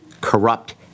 corrupt